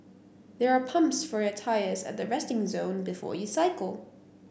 there are pumps for your tyres at the resting zone before you cycle